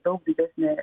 daug didesnė